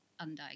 undiagnosed